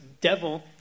devil